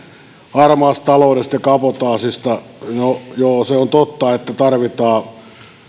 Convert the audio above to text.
harmaasta taloudesta ja kabotaasista no joo se on totta että tarvitaan